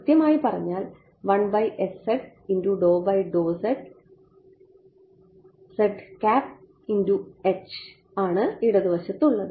കൃത്യമായി പറഞ്ഞാൽ ആണ് ഇടതുവശത്ത് ഉള്ളത്